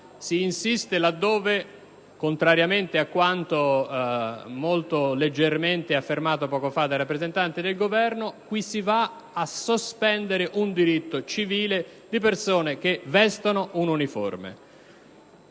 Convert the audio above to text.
la stessa: contrariamente a quanto molto leggermente affermato poco fa dal rappresentante del Governo, si va a sospendere un diritto civile di persone che vestono una uniforme.